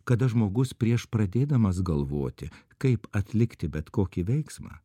kada žmogus prieš pradėdamas galvoti kaip atlikti bet kokį veiksmą